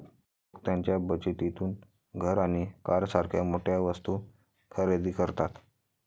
लोक त्यांच्या बचतीतून घर आणि कारसारख्या मोठ्या वस्तू खरेदी करतात